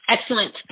Excellent